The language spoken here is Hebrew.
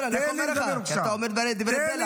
בסדר, אני רק אומר לך כי אתה אומר דברי בלע.